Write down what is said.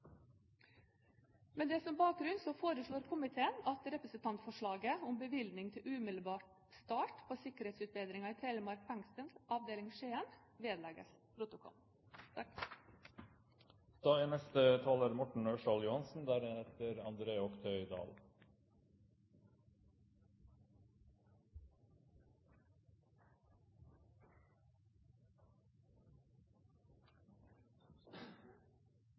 som bakgrunn foreslår komiteen at representantforslaget om bevilgning til umiddelbar start på sikkerhetsutbedringer i Telemark fengsel, Skien avdeling, vedlegges protokollen.